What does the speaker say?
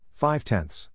five-tenths